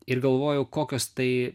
ir galvojau kokios tai